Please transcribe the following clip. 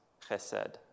chesed